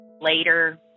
Later